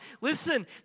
Listen